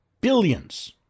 billions